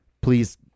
please